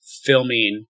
Filming